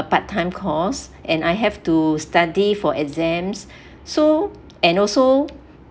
part-time course and I have to study for exams so and also